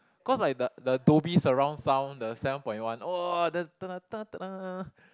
cause like the the Dhoby surround sound the seven point one !wah!